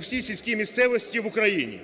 всій сільській місцевості в Україні.